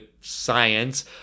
science